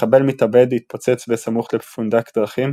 מחבל מתאבד התפוצץ בסמוך לפונדק דרכים